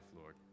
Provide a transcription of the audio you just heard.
Lord